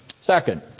Second